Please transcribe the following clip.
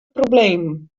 problemen